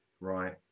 Right